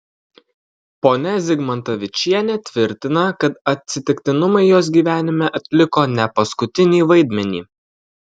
ponia zigmantavičienė tvirtina kad atsitiktinumai jos gyvenime atliko ne paskutinį vaidmenį